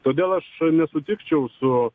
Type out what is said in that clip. todėl aš nesutikčiau su